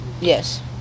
Yes